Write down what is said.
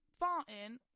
Farting